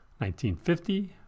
1950